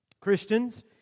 Christians